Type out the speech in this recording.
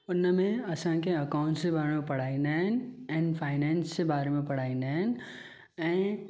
उनमें असांखे अकाउंट्स जे ॿारे में पढ़ाईन्दा आहिनि एंड फाइनेंस जे ॿारे में पढ़ाईन्दा आहिनि ऐं